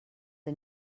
the